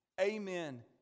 Amen